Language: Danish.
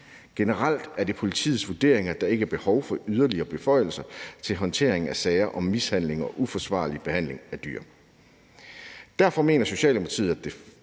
Generelt er det politiets vurdering, at der ikke er behov for yderligere beføjelser til håndtering af sager om mishandling og uforsvarlig behandling af dyr.